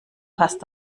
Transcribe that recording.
passt